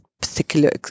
particular